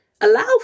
allow